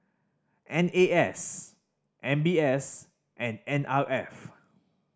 N A S M B S and N R F